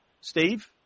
Steve